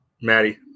Maddie